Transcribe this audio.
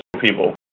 people